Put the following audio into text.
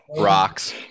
Rocks